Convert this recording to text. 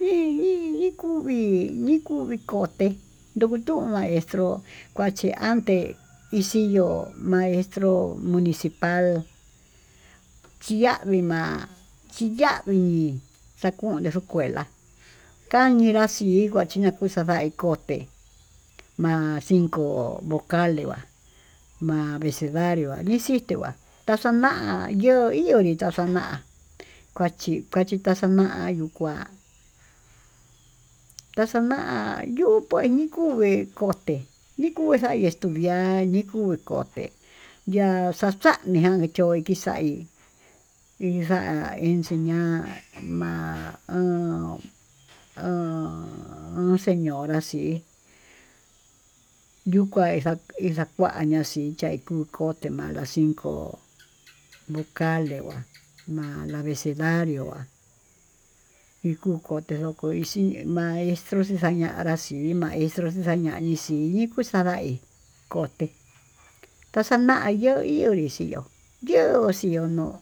ñi ñi ñikuví, ñikuvi koté ndoko tuu maestró kuachí antes ixii yo'o, maestro municipal kiavii ma'a chiyamini, xakune escuela kachiña xii nakuu ndakucha ndaí koté ma'a cinco voles va'a ma'a vecedario nixite va'á taxana ihonri taxana, kuachi kuachi taxana'a ikua taxana'a yuu kué nikuvé kote nikuya estudiar nikuu koté ya'a xaxa ningá choi kixa'í kixa'a enseña'a ma'a ho ho señora yuu kuá ixakuañí inxichaí kukoté ma'a la cinco vocales, ma'a avecedarió ikuu koté mañaxin ma'á mestro xixañanrá chí hi maestro nixañanré xii nii kuu xandaí, kote taxaña'a yo'ó ionré xii yo'ó, yo xii yo'o no'ó.